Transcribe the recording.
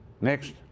Next